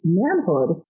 manhood